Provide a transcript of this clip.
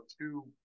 two